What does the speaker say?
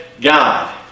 God